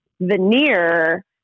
veneer